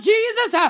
Jesus